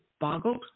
boggled